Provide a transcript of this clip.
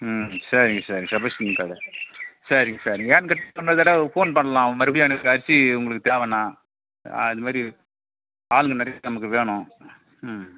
ம் சரிங்க சரிங்க செபஸ்டின் கடை சரிங்க சரிங்க ஏன் கேட்டீங்கன்னால் இன்னொரு தடவை ஃபோன் பண்ணலாம் மறுபடியும் எனக்கு அரிசி உங்களுக்கு தேவைன்னா அதுமாரி ஆளுங்கள் நிறைய நமக்கு வேணும் ம்